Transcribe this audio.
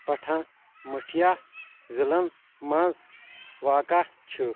پَٹھان مُٹھیا ضلعن منٛز واقع چھُ